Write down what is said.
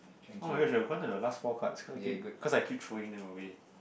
oh-my-gosh we have gone to the last four cards cause I keep cause I keep throwing them away